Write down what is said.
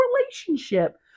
relationship